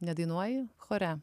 nedainuoji chore